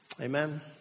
Amen